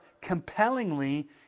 compellingly